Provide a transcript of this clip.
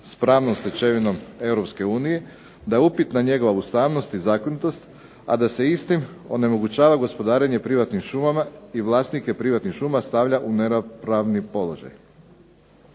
s pravnom stečevinom Europske unije, da je upitna njegova ustavnost i zakonitost, a da se istim onemogućava gospodarenje privatnim šumama i vlasnike privatnih šuma stavlja u neravnopravni položaj.